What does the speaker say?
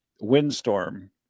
windstorm